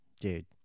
dude